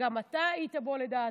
שגם אתה היית בו, לדעתי,